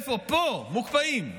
לא מוחרמים, מוקפאים.